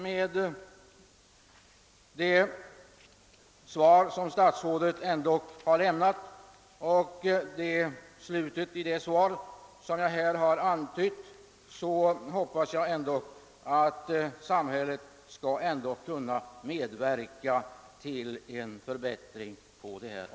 Slutet av statsrådets svar ger mig dock anledning att hoppas att samhället skall kunna medverka till en förbättring på detta område.